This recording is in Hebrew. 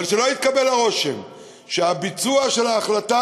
אבל שלא יתקבל הרושם שהביצוע של ההחלטה,